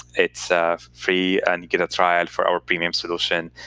it's free, and you get a trial for our premium solution.